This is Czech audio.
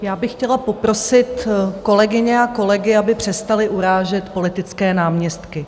Já bych chtěla poprosit kolegyně a kolegy, aby přestali urážet politické náměstky.